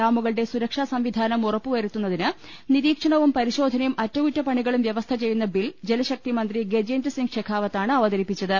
ഡാമുകളുടെ സുരക്ഷാസംവിധാനം ഉറപ്പുവ രുത്തുന്നതിന് നിരീക്ഷണവും പരിശോധനയും അറ്റകുറ്റപ്പ ണികളും വൃവസ്ഥ ചെയ്യുന്ന ബിൽ ജലശക്തിമന്ത്രി ഗജേ ന്ദ്രസിംഗ് ഷെക്കാവത്താണ് അവതരിപ്പിച്ചത്